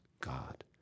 God